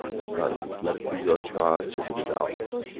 sons, let it be your charge, as it is ours,